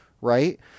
right